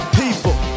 people